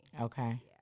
Okay